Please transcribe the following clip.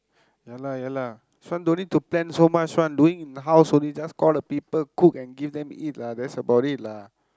ya lah ya lah this one don't need to plan so much one doing house only just call the people cook and give them eat lah that's about it lah